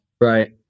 Right